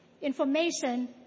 Information